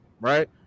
right